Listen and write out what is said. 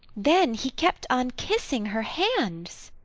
then he kept on kissing her hands.